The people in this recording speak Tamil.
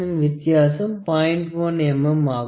1 mm ஆகும்